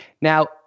Now